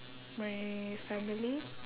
my family